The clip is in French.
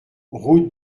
route